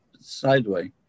sideways